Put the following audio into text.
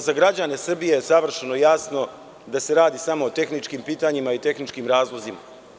Za građane Srbije je savršeno jasno da se radi samo o tehničkim pitanjima i tehničkim razlozima.